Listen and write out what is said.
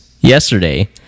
yesterday